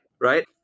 Right